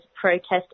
protest